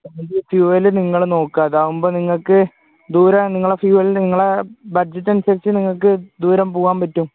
fuel നിങ്ങൾ നോക്കുക അതാകുമ്പോൾ നിങ്ങൾക്ക് ദൂരെ നിന്ന് നിങ്ങളെ ഫ്യൂവലിന് നിങ്ങളെ ബഡ്ജറ്റ് അനുസരിച്ചു നിങ്ങൾക്ക് ദൂരം പോവാൻ പറ്റും